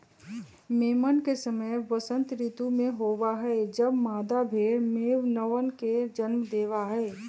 मेमन के समय वसंत ऋतु में होबा हई जब मादा भेड़ मेमनवन के जन्म देवा हई